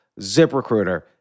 ZipRecruiter